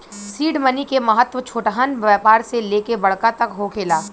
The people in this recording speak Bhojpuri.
सीड मनी के महत्व छोटहन व्यापार से लेके बड़का तक होखेला